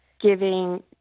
giving